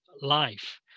life